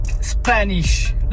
Spanish